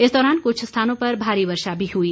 इस दौरान कुछ स्थानों पर भारी वर्षा भी हुई